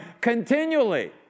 continually